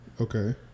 Okay